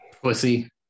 Pussy